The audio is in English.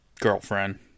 girlfriend